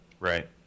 Right